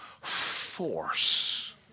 force